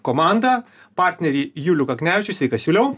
komandą partnerį julių kaknevičių sveikas juliau